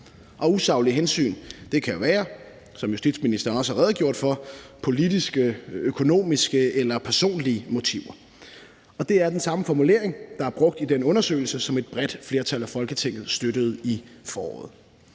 Og usaglige hensyn kan jo være, som justitsministeren også har redegjort for, politiske, økonomiske eller personlige motiver. Det er den samme formulering, der er brugt i den undersøgelse, som et bredt flertal af Folketinget støttede i foråret.